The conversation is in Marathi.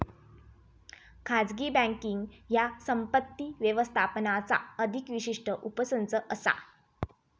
खाजगी बँकींग ह्या संपत्ती व्यवस्थापनाचा अधिक विशिष्ट उपसंच असा